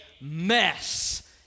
mess